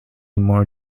more